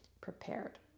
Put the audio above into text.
prepared